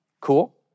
cool